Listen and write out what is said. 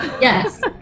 Yes